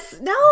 No